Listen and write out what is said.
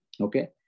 Okay